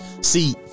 See